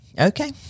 Okay